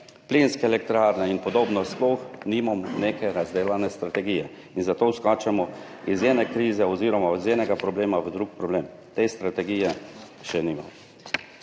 plinske elektrarne in podobno. Sploh nimamo neke razdelane strategije in zato skačemo iz ene krize oziroma iz enega problema v drug problem. Te strategije še nimamo.